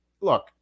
look